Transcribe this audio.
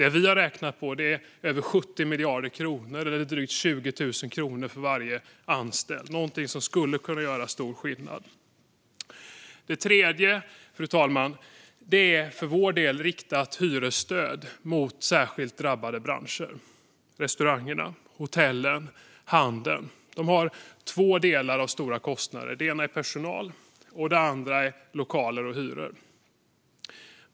Det vi har räknat på är över 70 miljarder kronor eller drygt 20 000 kronor för varje anställd. Detta skulle kunna göra stor skillnad. Den tredje delen, fru talman, är riktat hyresstöd för särskilt drabbade branscher: restauranger, hotell och handel. De har två stora kostnader: Den ena är personal, och den andra är lokaler och hyror.